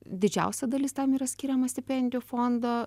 didžiausia dalis tam yra skiriama stipendijų fondo